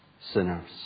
sinners